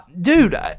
dude